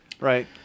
Right